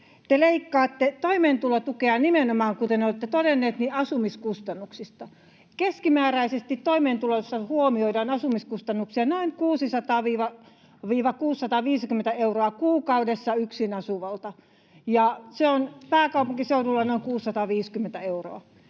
Te leikkaatte toimeentulotukea nimenomaan, kuten olette todennut, asumiskustannuksista. Keskimääräisesti toimeentulossa huomioidaan asumiskustannuksia noin 600—650 euroa kuukaudessa yksin asuvalta, ja se on pääkaupunkiseudulla noin 650 euroa.